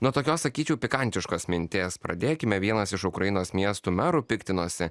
nuo tokios sakyčiau pikantiškos minties pradėkime vienas iš ukrainos miestų merų piktinosi